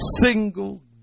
single